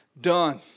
done